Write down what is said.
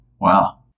Wow